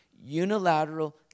unilateral